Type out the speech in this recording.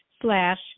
slash